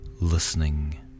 listening